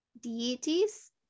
Deities